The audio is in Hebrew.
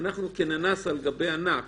אנחנו כננס על גבי ענק.